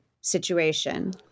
situation